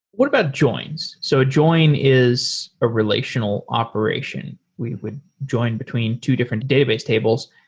what about joins? so join is a relational operation. we would join between two different database tables.